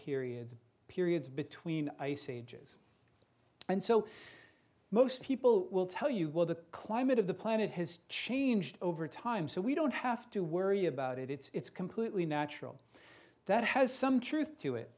periods of periods between ice ages and so most people will tell you well the climate of the planet has changed over time so we don't have to worry about it it's completely natural that has some truth to it